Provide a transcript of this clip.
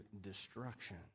destruction